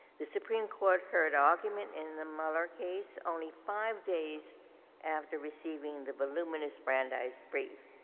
the supreme court heard arguments in the muller case only five days after receiving the voluminous brandeis brief.